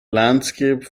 landscape